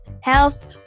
health